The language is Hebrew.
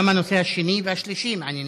גם הנושא השני והשלישי מעניינים אותי.